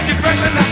Depression